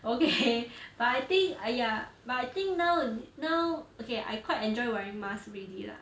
okay but I think ah ya but I think now now okay I quite enjoy wearing mask already lah